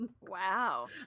wow